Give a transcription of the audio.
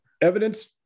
evidence